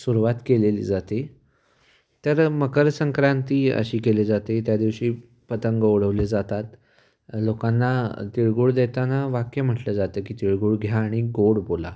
सुरुवात केलेली जाते तर मकरसंक्रांती अशी केली जाते त्या दिवशी पतंग उडवले जातात लोकांना तिळगूळ देताना वाक्य म्हटलं जातं की तिळगूळ घ्या आणि गोड बोला